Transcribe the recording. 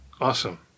Awesome